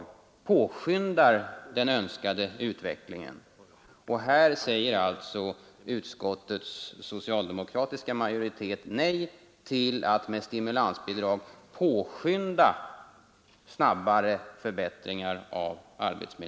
Herr talman!